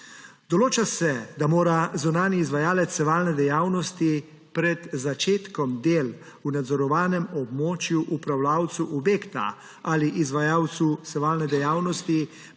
Določa se, da mora zunanji izvajalec sevalne dejavnosti pred začetkom del v nadzorovanem območju upravljavcu objekta ali izvajalcu sevalne dejavnosti